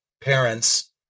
parents